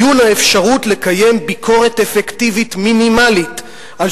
"איון האפשרות לקבל ביקורת אפקטיבית מינימלית על